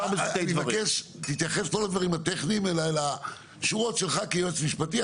אני מבקש שלא תתייחס לדברים הטכניים אלא לעניינים שלך כיועץ משפטי.